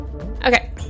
Okay